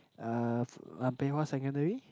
uh Pei-Hwa secondary